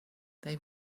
they